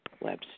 web